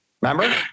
Remember